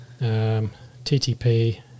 TTP